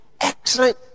excellent